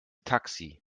taxi